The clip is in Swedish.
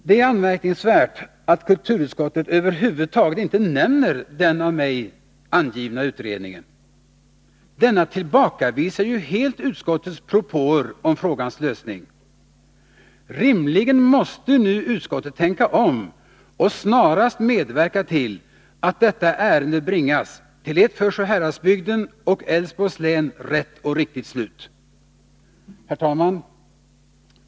Det är anmärkningsvärt att kulturutskottet över huvud taget inte nämner den av mig angivna utredningen. Denna tillbakavisar ju helt utskottets propåer om frågans lösning. Rimligen måste utskottet nu tänka om och snarast medverka till att detta ärende bringas till ett för Sjuhäradsbygden och Älvsborgs län rätt och riktigt slut. Herr talman!